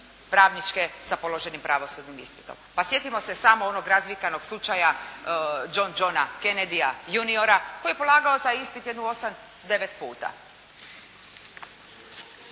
pravničke sa položenim pravosudnim ispitom. Pa sjetimo se samo onog razvikanog slučaja Jon Johna Kenedya juniora koji je polagao taj ispit jedno osam,